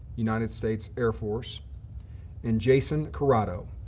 united states air force and jason corrado,